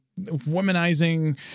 womanizing